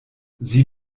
sie